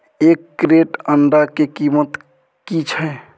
एक क्रेट अंडा के कीमत की छै?